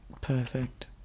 perfect